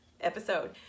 episode